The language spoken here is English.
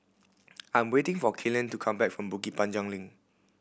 I am waiting for Kellen to come back from Bukit Panjang Link